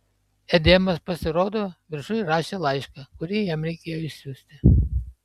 edemas pasirodo viršuj rašė laišką kurį jam reikėjo išsiųsti